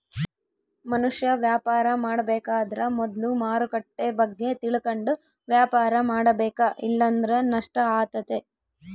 ಮನುಷ್ಯ ವ್ಯಾಪಾರ ಮಾಡಬೇಕಾದ್ರ ಮೊದ್ಲು ಮಾರುಕಟ್ಟೆ ಬಗ್ಗೆ ತಿಳಕಂಡು ವ್ಯಾಪಾರ ಮಾಡಬೇಕ ಇಲ್ಲಂದ್ರ ನಷ್ಟ ಆತತೆ